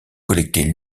collecter